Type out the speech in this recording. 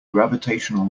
gravitational